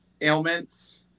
ailments